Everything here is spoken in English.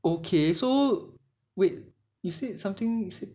okay so wait you said something 一次